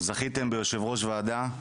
זכיתם ביושב ראש וועדה,